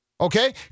Okay